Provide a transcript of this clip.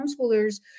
homeschoolers